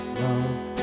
love